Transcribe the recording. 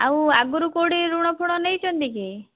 ଆଉ ଆଗରୁ କେଉଁଠି ଋଣ ଫୁଣ ନେଇଛନ୍ତି କି